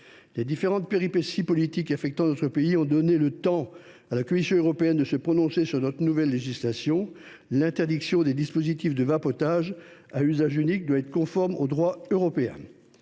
Les différentes péripéties politiques affectant notre pays ont donné à la Commission européenne le temps de se prononcer sur notre nouvelle législation. L’interdiction des dispositifs de vapotage à usage unique doit en effet être conforme au droit européen.